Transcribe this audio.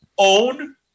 own